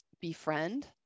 befriend